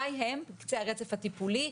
בוודאי הם, בקצה הרצף הטיפולי.